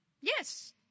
Yes